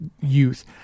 youth